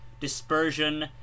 Dispersion